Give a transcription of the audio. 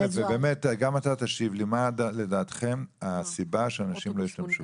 ותשיב לי גם אתה: מה לדעתכם הסיבה שאנשים לא השתמשו בזה?